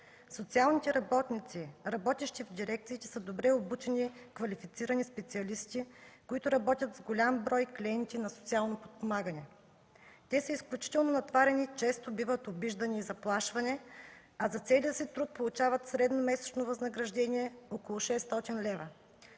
Социалните работници, работещи в дирекциите, са добре обучени, квалифицирани специалисти, които работят с голям брой клиенти на социално подпомагане. Те са изключително натоварени, често биват обиждани и заплашвани, а за целия си труд получават средно месечно възнаграждение около 600 лв.